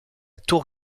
tour